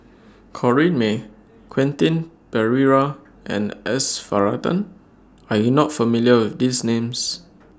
Corrinne May Quentin Pereira and S Varathan Are YOU not familiar with These Names